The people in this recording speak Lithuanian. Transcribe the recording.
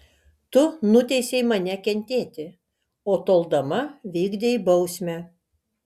tu nuteisei mane kentėti o toldama vykdei bausmę